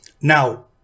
Now